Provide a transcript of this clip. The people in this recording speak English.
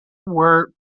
were